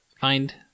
find